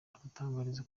adutangariza